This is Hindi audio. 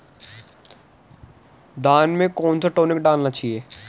धान में कौन सा टॉनिक डालना चाहिए?